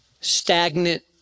stagnant